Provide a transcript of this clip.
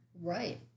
right